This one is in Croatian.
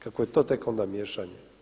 Kako je to tek onda miješanje?